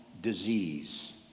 disease